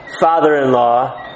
father-in-law